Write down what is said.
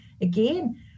again